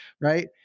Right